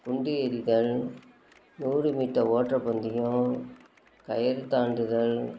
குண்டு எறிதல் நூறு மீட்டர் ஓட்ட பந்தயம் கயிறு தாண்டுதல்